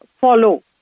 follow